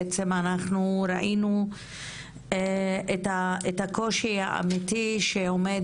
בעצם אנחנו ראינו את הקושי האמיתי שעומד